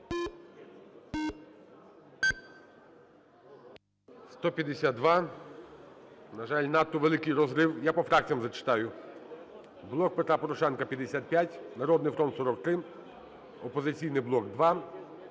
За-152 На жаль, надто великий розрив. Я по фракціях зачитаю. "Блок Петра Порошенка" – 55, "Народний фронт" – 43, "Опозиційний блок" –